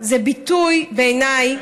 זה ביטוי, בעיניי,